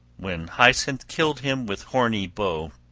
when haethcyn killed him with horny bow,